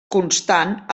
constant